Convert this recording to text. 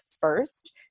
first